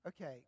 Okay